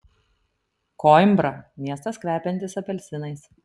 koimbra miestas kvepiantis apelsinais